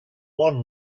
one